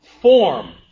form